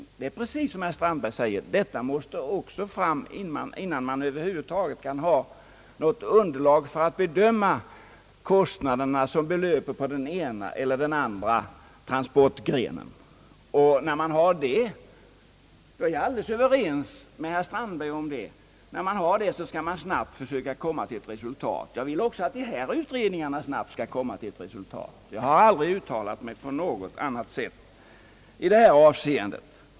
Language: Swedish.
Det förhåller sig precis så som herr Strandberg säger att även detta måste klarläggas, innan man över huvud taget kan ha något underlag för att bedöma de kostnader som belöper sig på den ena eller den andra transportgrenen. När man har det underlaget är jag överens med herr Strandberg om att man snabbt skall försöka komma till ett resultat. Jag vill också att de här utredningarna snabbt skall komma till ett resultat och har aldrig uttalat något annat i det avseendet.